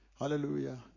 hallelujah